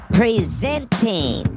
presenting